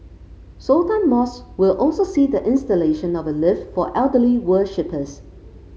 Sultan Mosque will also see the installation of a lift for elderly worshippers